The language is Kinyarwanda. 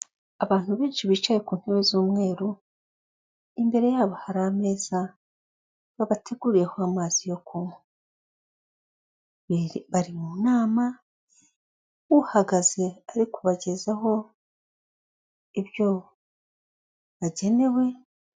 Abantu benshi bicaye ku ntebe z'umweru imbere yabo hari ameza babateguye amazi barima uhagaze ariko kubagezaho ibyo bagenewe.